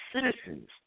citizens